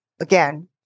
Again